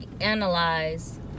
analyze